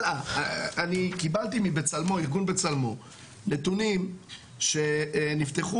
אני קיבלתי מארגון 'בצלמו' נתונים שנפתחו